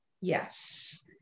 Yes